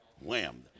wham